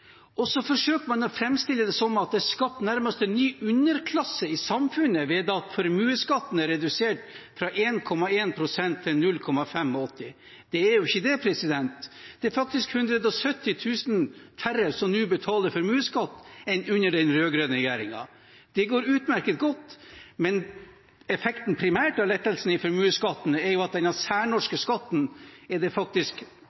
undervisning. Så forsøker man å framstille det som at det er skapt nærmest en ny underklasse i samfunnet, ved at formuesskatten er redusert fra 1,1 pst. til 0,85 pst. Det er ikke slik, det er faktisk 170 000 færre som nå betaler formuesskatt, enn det var under den rød-grønne regjeringen. Det går utmerket godt, men effekten, primært, av lettelsen i formuesskatten er at